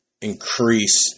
increase